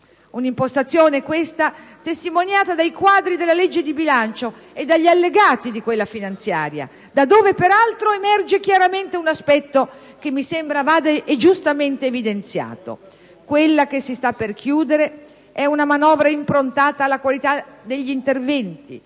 Un'impostazione, questa, testimoniata dai quadri della legge dì bilancio e dagli allegati di quella finanziaria. Da dove, peraltro, emerge chiaramente un aspetto che mi sembra vada giustamente evidenziato: quella che si sta per chiudere è una manovra improntata alla qualità degli interventi